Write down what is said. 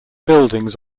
buildings